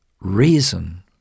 reason